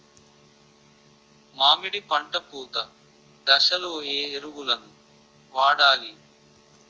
మామిడి పంట పూత దశలో ఏ ఎరువులను వాడాలి?